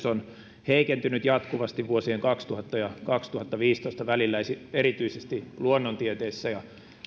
on heikentynyt jatkuvasti vuosien kaksituhatta ja kaksituhattaviisitoista välillä erityisesti luonnontieteissä ja